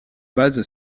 base